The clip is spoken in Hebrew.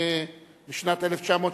משנת 1985,